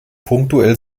punktuell